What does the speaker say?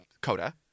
Coda